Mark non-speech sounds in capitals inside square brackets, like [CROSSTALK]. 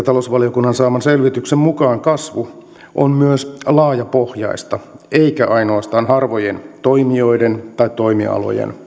[UNINTELLIGIBLE] talousvaliokunnan saaman selvityksen mukaan kasvu on myös laajapohjaista eikä ainoastaan harvojen toimijoiden tai toimialojen